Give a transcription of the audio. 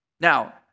Now